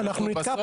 דבר שני, יש